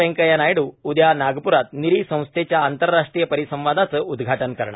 वेंकय्या नायडू उद्या नागपुरात विरी संस्थेच्या आंतरराष्ट्रीय परिसंवादाचं उद्घाटन करणार